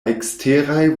eksteraj